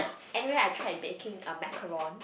annually I tried to baking a macaroon